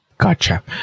Gotcha